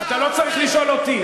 אתה לא צריך לשאול אותי.